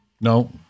No